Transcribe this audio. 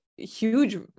huge